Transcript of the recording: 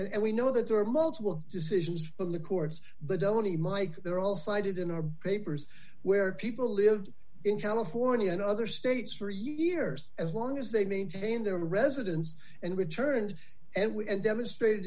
and we know that there are multiple decisions from the courts but delany mike they're all cited in our behaviors where people lived in california and other states for years as long as they maintained their residence and returned and demonstrated